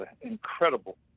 incredible